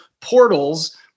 portals